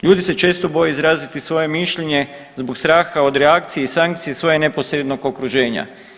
Ljudi se često boje izraziti svoje mišljenje zbog straha od reakcije i sankcije svojeg neposrednog okruženja.